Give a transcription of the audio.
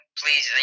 please